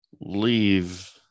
leave